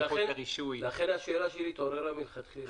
לכן השאלה שלי התעוררה מלכתחילה.